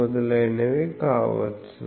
మొదలైనవి కావచ్చు